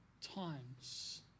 times